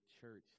church